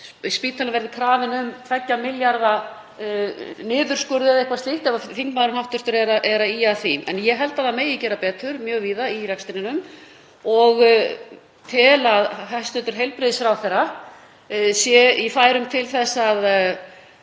spítalinn verði krafinn um 2 milljarða niðurskurð eða eitthvað slíkt ef hv. þingmaður er að ýja að því. En ég held að það megi gera betur mjög víða í rekstrinum og tel að hæstv. heilbrigðisráðherra sé í færum til þess að